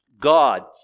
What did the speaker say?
God